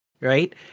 right